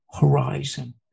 horizon